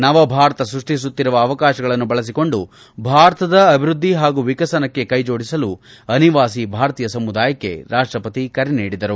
ನವಭಾರತ ಸೃಷ್ಟಿಸುತ್ತಿರುವ ಅವಕಾಶಗಳನ್ನು ಬಳಸಿಕೊಂಡು ಭಾರತದ ಅಭಿವೃದ್ದಿ ಹಾಗೂ ವಿಕಸನಕ್ಕೆ ಕೈಜೊಡಿಸಲು ಅನಿವಾಯಿ ಭಾರತೀಯ ಸಮುದಾಯಕ್ಕೆ ರಾಷ್ಟಪತಿ ಕರೆ ನೀಡಿದರು